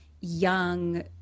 young